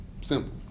simple